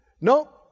No